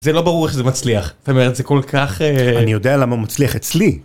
זה לא ברור איך זה מצליח, זאת אומרת זה כל כך אה... אני יודע למה הוא מצליח אצלי.